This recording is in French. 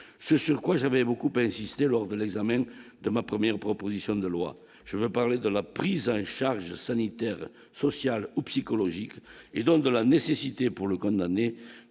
ce sur quoi j'avais beaucoup insisté lors de l'examen de ma première proposition de loi, je veux parler de la prise en charge sanitaire, social ou psychologique et donc de la nécessité pour le condamner